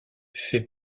fait